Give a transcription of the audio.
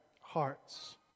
hearts